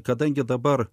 kadangi dabar